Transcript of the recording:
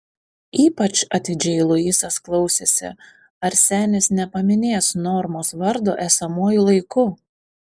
ypač atidžiai luisas klausėsi ar senis nepaminės normos vardo esamuoju laiku